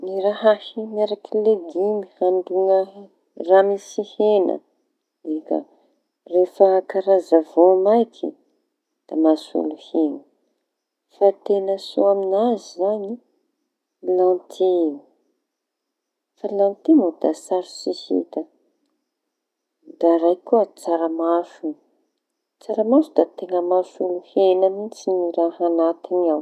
Ny raha ahia miaraky legioma hanoloaña raha misy heña. Da rehefa karaza voamaiky da mahasolo heña fa teña soa aminazy zañy da lantia. Fa lantia da sarotsy hita, da raiky koa tsaramaso tsaramaso da teña mahasolo heña mihitsy ny raha añatiny ao.